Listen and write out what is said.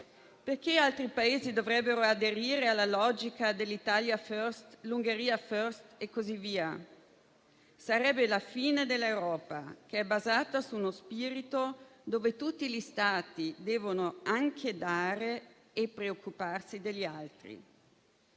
Perché altri Paesi dovrebbero aderire alla logica dell'Italia *first* o dell'Ungheria *first*? Sarebbe la fine dell'Europa che è basata su uno spirito dove tutti gli Stati devono anche dare e preoccuparsi degli altri.